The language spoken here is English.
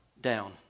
down